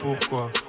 pourquoi